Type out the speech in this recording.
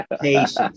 patience